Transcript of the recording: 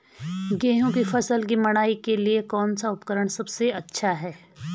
गेहूँ की फसल की मड़ाई के लिए कौन सा उपकरण सबसे अच्छा है?